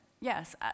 Yes